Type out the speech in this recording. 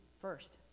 first